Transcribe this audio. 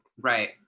Right